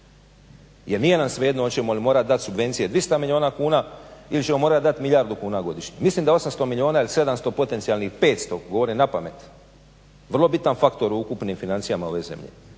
Jer nije nam svejedno hoćemo li morati dati subvencije 200 milijuna kuna ili ćemo morati dati milijardu kuna godišnje. Mislim da 800 milijuna ili 700 potencijalnih, 500, govorim napamet, je vrlo bitan faktor u ukupnim financijama ove zemlje.